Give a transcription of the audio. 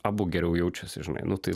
abu geriau jaučiasi žinai nu tai